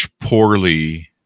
poorly